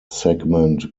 segment